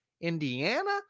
Indiana